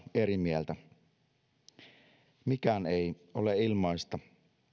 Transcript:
eri mieltä mikään ei ole ilmaista